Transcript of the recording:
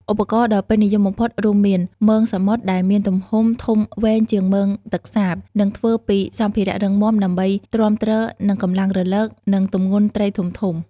ឧបករណ៍ដ៏ពេញនិយមបំផុតរួមមាន មងសមុទ្រ ដែលមានទំហំធំវែងជាងមងទឹកសាប និងធ្វើពីសម្ភារៈរឹងមាំដើម្បីទ្រាំទ្រនឹងកម្លាំងរលក និងទម្ងន់ត្រីធំៗ។